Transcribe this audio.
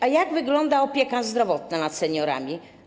A jak wygląda opieka zdrowotna nad seniorami?